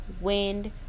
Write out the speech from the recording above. wind